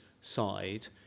side